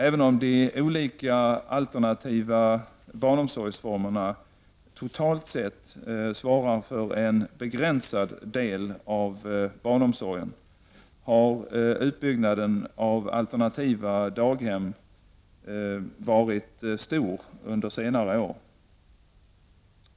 Även om de olika alternativa daghemsformerna totalt sett svarar för en begränsad del av barnomsorgen, har utbyggnaden av alternativa daghem varit stor under senare år.